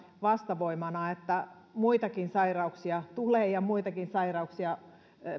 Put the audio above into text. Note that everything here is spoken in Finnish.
vastavoimana että muitakin sairauksia tulee ja muitakin sairauksia